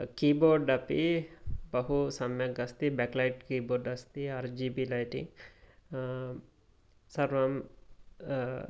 की board अपि बहु सम्यक् अस्ति बाक् लैट् की बोर्ड् अस्ति आर् जी बि लैटीङ्ग् सर्वं